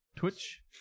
Twitch